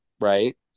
right